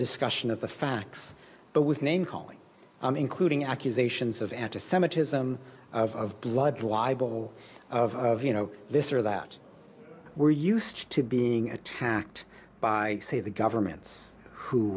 discussion of the facts but with name calling i'm including accusations of anti semitism of blood libel of of you know this or that we're used to being attacked by say the governments who